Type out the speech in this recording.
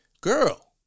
girl